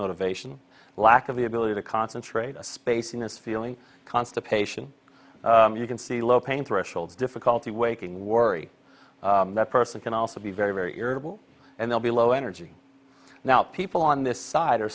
motivation lack of the ability to concentrate spaciness feeling constipation you can see low pain threshold difficulty waking warry that person can also be very very irritable and they'll be low energy now people on this side are